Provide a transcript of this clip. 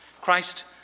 Christ